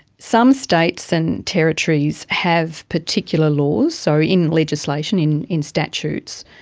some states and territories have particular laws. so in legislation, in in statutes,